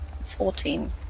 fourteen